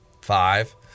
five